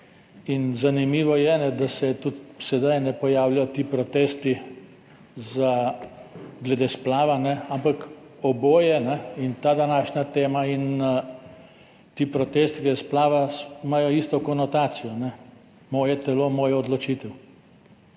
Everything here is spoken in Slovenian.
in zanimivo je, da se tudi sedaj pojavljajo ti protesti glede splava, ampak oboje, ta današnja tema in ti protesti glede splava, ima isto konotacijo – moje telo, moja odločitev.